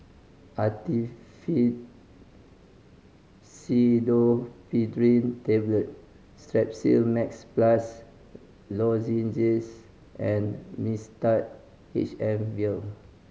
Actifed Pseudoephedrine Tablet Strepsil Max Plus Lozenges and Mixtard H M Vial